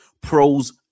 pros